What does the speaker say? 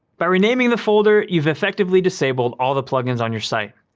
by renaming the folder, you've effectively disabled all the plugins on your site.